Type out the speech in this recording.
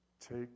take